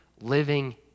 living